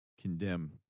condemn